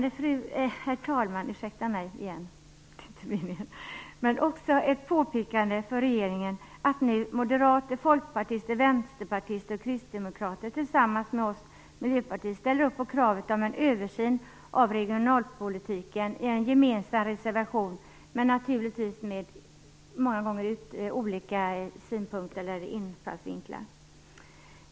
Det är glädjande, och detta är också ett påpekande riktat till regeringen, att nu moderater, folkpartister, vänsterpartister och kristdemokrater tillsammans med oss miljöpartister ställer upp på kravet om en översyn av regionalpolitiken. Det framför vi i en gemensam reservation - naturligtvis många gånger med olika infallsvinklar.